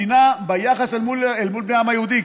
ביחס אל מול בני העם היהודי,